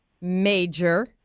major